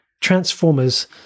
Transformers